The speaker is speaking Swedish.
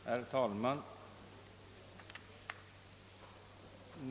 Herr talman!